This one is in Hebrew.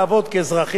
הם היחידים